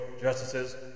justices